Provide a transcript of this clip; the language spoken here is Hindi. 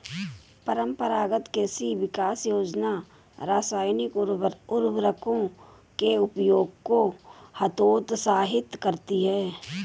परम्परागत कृषि विकास योजना रासायनिक उर्वरकों के उपयोग को हतोत्साहित करती है